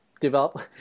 develop